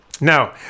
No